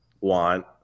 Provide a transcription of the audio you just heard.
want